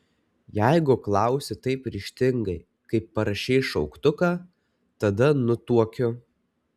jeigu klausi taip ryžtingai kaip parašei šauktuką tada nutuokiu